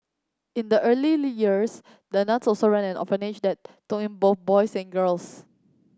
in the early years the nuns also ran an orphanage that took in both boys and girls